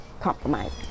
compromise